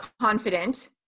confident